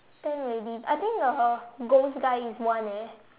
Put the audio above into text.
ten already I think uh ghost guy is one eh